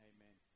Amen